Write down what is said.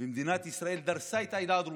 במדינת ישראל דרסה את העדה הדרוזית,